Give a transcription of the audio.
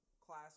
class